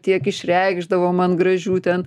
tiek išreikšdavo man gražių ten